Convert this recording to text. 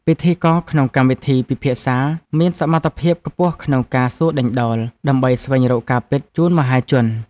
ពិធីករក្នុងកម្មវិធីពិភាក្សាមានសមត្ថភាពខ្ពស់ក្នុងការសួរដេញដោល ដើម្បីស្វែងរកការពិតជូនមហាជន។